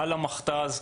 המכתז,